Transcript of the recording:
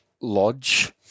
lodge